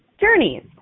journeys